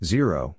Zero